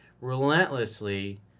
relentlessly